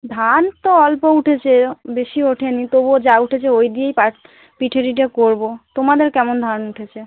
ধান তো অল্প উঠেছে বেশি ওঠে নি তবুও যা উঠেছে ওই দিয়ে পাস পিঠে ফিঠে করবো তোমাদের কেমন ধান উঠেছে